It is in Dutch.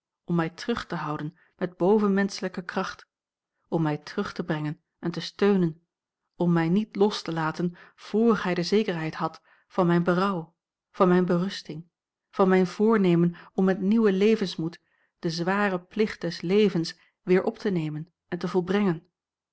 om mij terug te houden met bovenmenschelijke kracht om mij terug te brengen en te steunen om mij niet los te laten vr hij de zekerheid had van mijn berouw van mijne berusting van mijn voornemen om met nieuwen levensmoed den zwaren plicht des levens weer op te nemen en te volbrengen